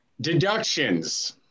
Deductions